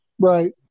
Right